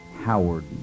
Howard